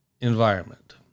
environment